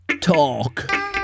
Talk